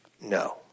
No